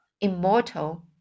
immortal